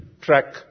track